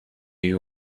you